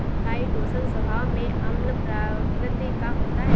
chitosan स्वभाव में अम्ल प्रकृति का होता है